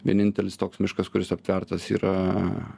vienintelis toks miškas kuris aptvertas yra